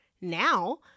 now